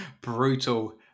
brutal